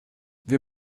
wir